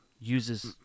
uses